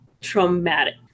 traumatic